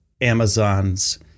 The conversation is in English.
Amazon's